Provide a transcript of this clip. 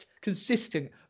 consistent